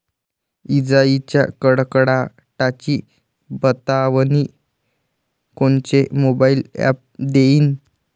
इजाइच्या कडकडाटाची बतावनी कोनचे मोबाईल ॲप देईन?